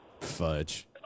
Fudge